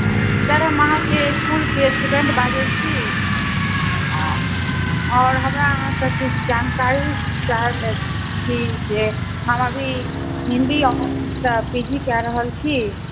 sir हम अहाँके इसकुलके स्टुडेन्ट बाजै छी आओर हमरा अहाँसँ किछु जानकारी चाहै छी जे हम अभी हिन्दी सँ पी जी कय रहल छी